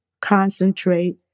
concentrate